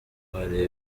hari